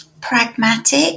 pragmatic